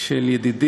(תיקון מס' 8),